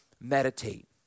meditate